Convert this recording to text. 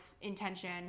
intention